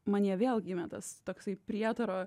manyje vėl gimė tas toksai prietaro